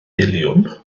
miliwn